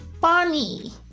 funny